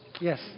Yes